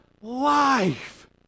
life